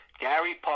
Gary